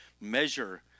measure